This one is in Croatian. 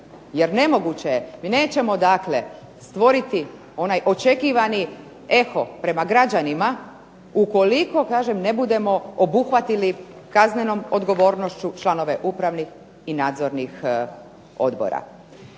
Jer nemoguće je, mi nećemo dakle stvoriti onaj očekivani eho prema građanima ukoliko kažem ne budemo obuhvatili kaznenom odgovornošću članove upravnih i nadzornih odbora.